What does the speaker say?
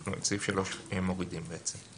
אנחנו את סעיף 3 מורידים בעצם.